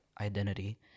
identity